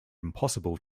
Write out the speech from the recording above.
impossible